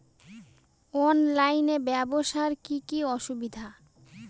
অনলাইনে ব্যবসার কি কি অসুবিধা?